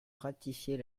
ratifier